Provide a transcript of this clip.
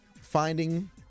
finding